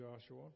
Joshua